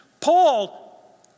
Paul